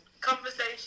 Conversation